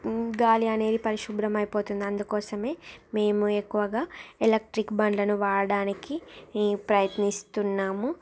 గాలి అనేది పరిశుభ్రం అయిపోతుంది అందుకోసమే మేము ఎక్కువుగా ఎలక్ట్రిక్ బండ్లను వాడడానికి మేము ప్రయత్నిస్తున్నాము